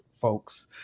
folks